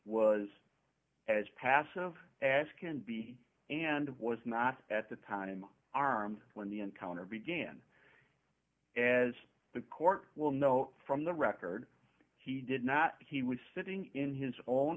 was as passive as can be and was not at the time armed when the encounter began as the court will know from the record he did not he was sitting in his own